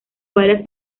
varias